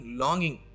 longing